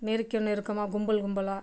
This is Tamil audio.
நெருக்கம் நெருக்கமாக கும்பல் கும்பலாக